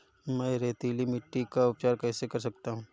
मैं रेतीली मिट्टी का उपचार कैसे कर सकता हूँ?